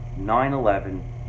9-11